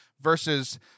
versus